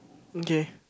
okay